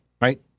right